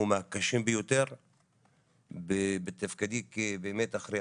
הוא מהקשים ביותר בתפקידי כבאמת אחראי